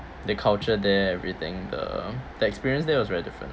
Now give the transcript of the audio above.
the culture there everything the the experience there was very different